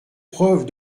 preuve